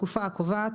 בתקופה הקובעת